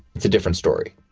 it's a different story.